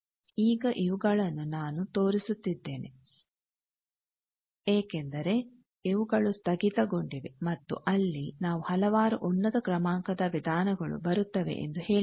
ಈಗ ಇವುಗಳನ್ನು ನಾನು ತೋರಿಸುತ್ತಿದ್ದೇನೆ ಏಕೆಂದರೆ ಇವುಗಳು ಸ್ಥಗಿತಗೊಂಡಿವೆ ಮತ್ತು ಅಲ್ಲಿ ನಾವು ಹಲವಾರು ಉನ್ನತ ಕ್ರಮಾಂಕದ ವಿಧಾನಗಳು ಬರುತ್ತವೆ ಎಂದು ಹೇಳಿದ್ದೇವೆ